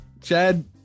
Chad